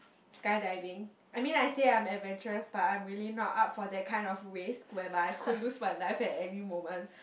skydiving I mean I say I'm adventurous but I'm really not up for that kind of risk whereby I could lose my life at any moment